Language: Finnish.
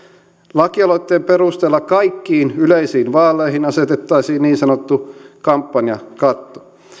lakialoitteen perusteella kaikkiin yleisiin vaaleihin asetettaisiin niin sanottu kampanjakatto